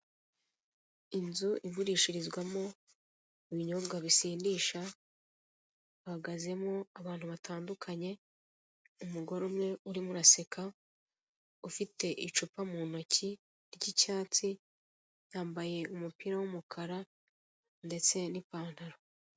Inzu igurishirizwamo ibinyobwa bisindisha hahagazemo abantu batandukanye umugore umwe urimo uraseka ufite icupa mu ntoki ry'icyatsi yambaye umupira w'umukara ndetse n'ipantaro.